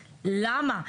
למה?